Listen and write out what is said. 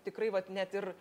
tikrai vat net ir